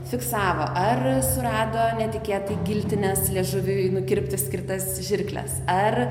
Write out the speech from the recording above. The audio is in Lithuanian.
fiksavo ar surado netikėtai giltinės liežuvį nukirpti skirtas žirkles ar